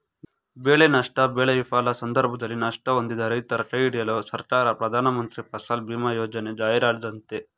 ಬೆಳೆನಷ್ಟ ಬೆಳೆ ವಿಫಲ ಸಂದರ್ಭದಲ್ಲಿ ನಷ್ಟ ಹೊಂದಿದ ರೈತರ ಕೈಹಿಡಿಯಲು ಸರ್ಕಾರ ಪ್ರಧಾನಮಂತ್ರಿ ಫಸಲ್ ಬಿಮಾ ಯೋಜನೆ ಜಾರಿಗ್ತಂದಯ್ತೆ